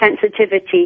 sensitivity